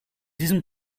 diesen